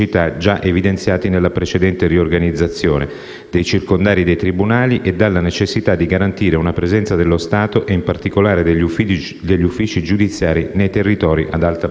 Grazie